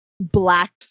black